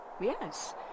Yes